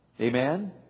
Amen